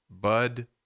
bud